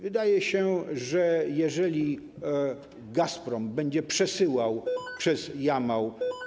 Wydaje się, że jeżeli Gazprom będzie przesyłał przez Jamał.